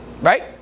right